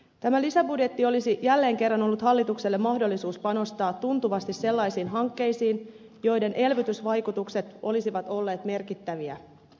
tämä lisäbudjetti olisi jälleen kerran ollut hallitukselle mahdollisuus panostaa tuntuvasti sellaisiin hankkeisiin joiden elvytysvaikutukset olisivat olleet merkittäviä